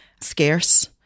scarce